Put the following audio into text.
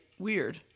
weird